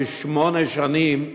כששמונה שנים,